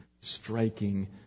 striking